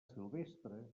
silvestre